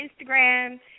Instagram